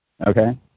okay